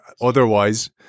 otherwise